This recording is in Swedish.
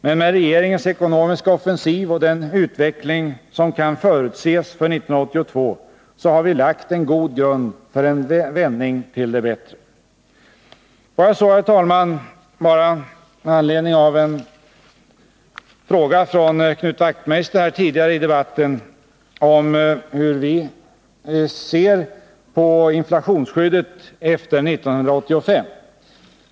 Men med regeringens ekonomiska offensiv och den utveckling som kan förutses för 1982 har vi lagt en god grund för en vändning till det bättre. Knut Wachtmeister frågade tidigare i debatten hur vi ser på inflationsskyddet efter 1985.